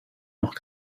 noch